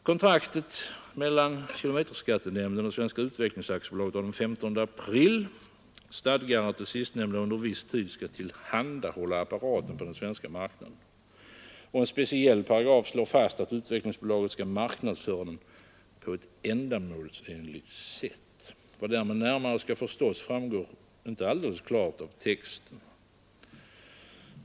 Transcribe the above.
Kontraktet mellan kilometerskattenämnden och Svenska utvecklingsbolaget av den 15 april stadgar att det sistnämnda under viss tid skall tillhandahålla apparaten på den svenska marknaden, och en speciell paragraf slår fast att Utvecklingsbolaget skall marknadsföra den ”på ändamålsenligt sätt”. Vad därmed närmare skall förstås framgår inte alldeles klart av texten.